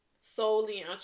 solely